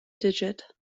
digit